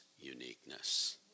uniqueness